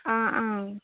आं आं